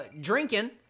drinking